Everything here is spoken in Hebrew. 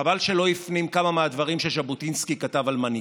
חבל שלא הפנים כמה מהדברים שז'בוטינסקי כתב על מנהיגות.